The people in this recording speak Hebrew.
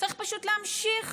צריך פשוט להמשיך